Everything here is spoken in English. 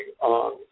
on